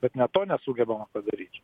bet net to nesugebam padaryti